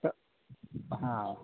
तो हाँ